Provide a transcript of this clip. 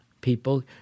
people